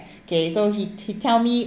okay so he he tell me